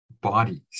bodies